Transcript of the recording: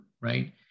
right